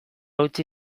utzi